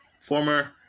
former